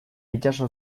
itsaso